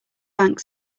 bank